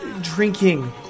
drinking